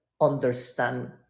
understand